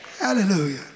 Hallelujah